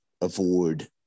avoid